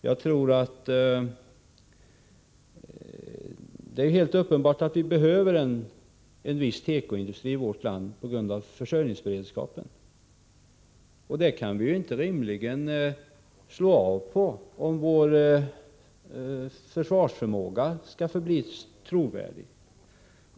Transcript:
Det är uppenbart att vi i vårt land behöver en viss tekoindustri på grund av försörjningsberedskapen. Den produktionen kan vi rimligen inte slå av, om vår försvarsförmåga skall förbli trovärdig.